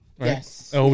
Yes